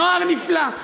נוער נפלא.